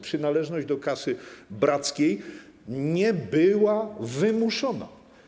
Przynależność do kasy brackiej nie była wymuszona.